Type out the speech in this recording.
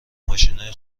ماشینای